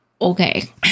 Okay